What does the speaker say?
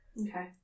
Okay